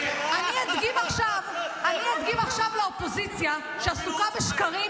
אני אדגים עכשיו לאופוזיציה, שעסוקה בשקרים,